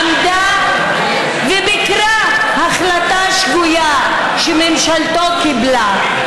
עמדה וביקרה החלטה שגויה שממשלתו קיבלה.